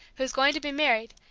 who's going to be married,